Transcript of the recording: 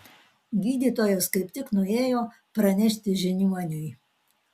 gydytojas kaip tik nuėjo pranešti žiniuoniui